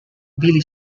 billy